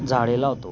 झाडे लावतो